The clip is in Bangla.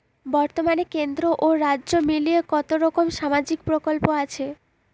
বতর্মানে কেন্দ্র ও রাজ্য মিলিয়ে কতরকম সামাজিক প্রকল্প আছে?